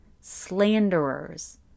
slanderers